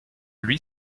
lui